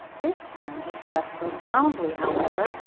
this time he slept so soundly, however,